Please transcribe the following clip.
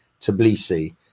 Tbilisi